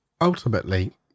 Ultimately